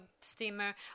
steamer